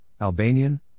Albanian